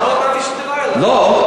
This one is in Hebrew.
לא,